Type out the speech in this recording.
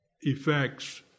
effects